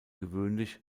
gewöhnlich